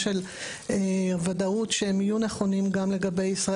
של ודאות שהם יהיו נכונים גם לישראל,